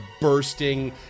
bursting